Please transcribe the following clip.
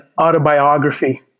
autobiography